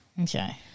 Okay